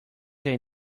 they